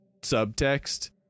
subtext